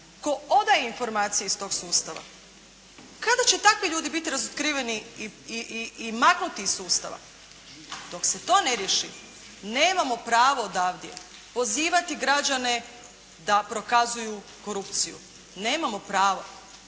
tko odaje informacije iz tog sustava? Kada će takvi ljudi biti razotkriveni i maknuti iz sustava? Dok se to ne riješi nemamo pravo odavde pozivati građane da prokazuju korupciju. Nemamo pravo.